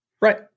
Right